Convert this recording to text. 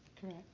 Correct